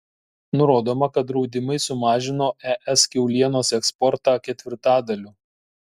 nurodoma kad draudimai sumažino es kiaulienos eksportą ketvirtadaliu